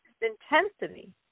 intensity